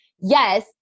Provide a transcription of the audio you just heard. yes